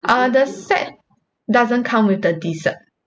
uh the set doesn't come with the dessert